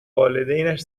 والدینش